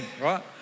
right